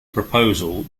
proposal